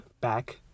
back